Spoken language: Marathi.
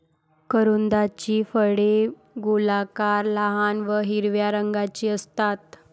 करोंदाची फळे गोलाकार, लहान व हिरव्या रंगाची असतात